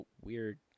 weird